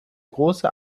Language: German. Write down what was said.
große